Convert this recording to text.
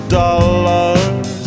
dollars